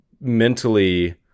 mentally